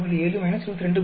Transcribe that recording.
7 22